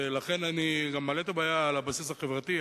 ולכן אני גם מעלה את הבעיה על הבסיס החברתי,